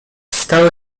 stało